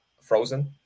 frozen